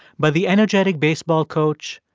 but the energetic baseball coach,